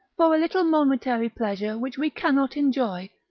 for a little momentary pleasure which we cannot enjoy,